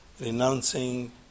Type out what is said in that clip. renouncing